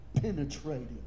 penetrating